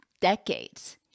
decades